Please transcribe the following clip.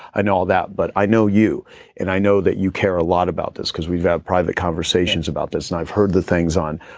i know all that. but i know you and i know that you care a lot about this because we've had private conversations about this and i've heard the things on